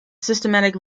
systematic